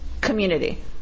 community